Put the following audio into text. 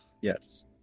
Yes